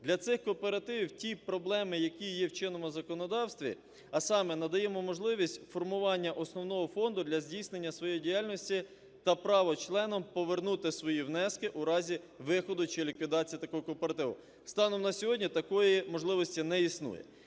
для цих кооперативів ті проблеми, які є в чинному законодавстві, а саме надаємо можливість формування основного фонду для здійснення своєї діяльності та право членам повернути свої внески у разі виходу чи ліквідації такого кооперативу. Станом на сьогодні такої можливості не існує.